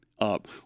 up